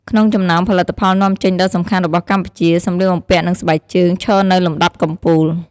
ក្នុងចំណោមផលិតផលនាំចេញដ៏សំខាន់របស់កម្ពុជា សម្លៀកបំពាក់ និងស្បែកជើង ឈរនៅលំដាប់កំពូល។